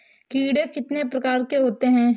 कीड़े कितने प्रकार के होते हैं?